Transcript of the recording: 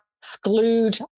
exclude